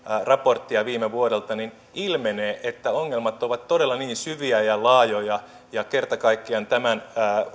raporttia viime vuodelta niin ilmenee että ongelmat ovat todella niin syviä ja laajoja ja kerta kaikkiaan tämän